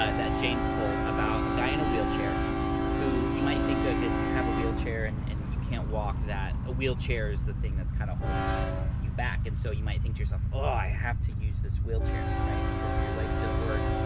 ah that james told about a guy in a wheelchair who you might think of if you have a wheelchair and and you can't walk that ah wheelchair is the thing that's kinda holding you back. and so you might think to yourself, oh, i have to use this wheelchair right, because your legs don't work.